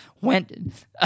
Went